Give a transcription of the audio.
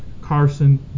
Carson